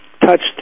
touched